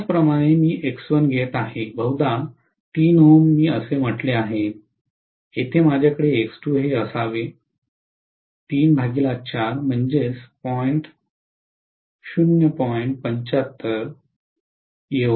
त्याचप्रमाणे मी X1 घेत आहे बहुधा 3 Ω असे म्हटले आहे येथे माझ्याकडे X2 असावे असावे 0